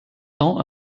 temps